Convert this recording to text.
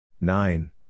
nine